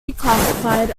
reclassified